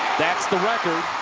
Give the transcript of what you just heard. that's the record.